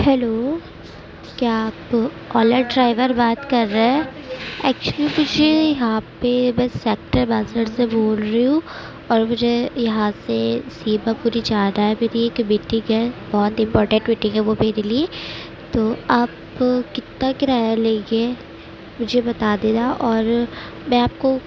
hello کیا آپ Ola driver بات کر رہے ہیں ایکچوئلی مجھے یہاں پہ میں سیکٹر باسٹھ سے بول رہی ہوں اور مجھے یہاں سے سیماپوری جانا ہے میری ایک میٹنگ ہے بہت امپوٹینٹ میٹنگ ہے وہ میرے لیے تو آپ کتتا کرایہ لیں گے مجھے بتا دینا اور میں آپ کو